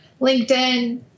LinkedIn